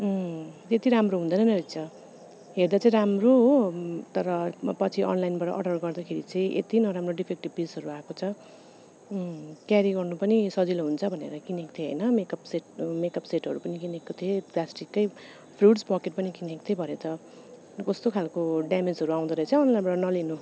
त्यति राम्रो हुँदैन रहेछ हेर्दा चाहिँ राम्रो हो तर यसमा पछि अनलाइनबाट अर्डर गर्दाखेरि चाहिँ यति नराम्रो डिफेक्टिभ पिसहरू आएको छ क्यारी गर्नु पनि सजिलो हुन्छ भनेर किनेको थिएँ होइन मेकअप सेट मेकअप सेटहरू पनि किनेको थिएँ प्लास्टिकको फ्रुट्स बकेट पनि किनेको थिएँ भरे त कस्तो खाले डेमेजहरू आउँदो रहेछ हो अनलाइनबाट नलिनु